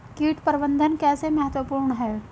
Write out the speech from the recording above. कीट प्रबंधन कैसे महत्वपूर्ण है?